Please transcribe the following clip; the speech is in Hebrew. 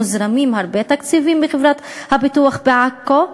מוזרמים הרבה תקציבים לחברה לפיתוח עכו.